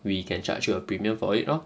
we can charge you a premium for it lor